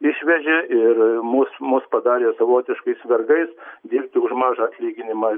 išvežė ir mus mus padarė savotiškais vergais dirbti už mažą atlyginimą